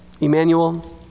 Emmanuel